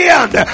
end